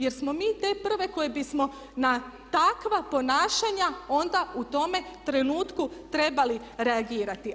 Jer smo mi te prve koje bismo na takva ponašanja onda u tome trenutku trebali reagirati.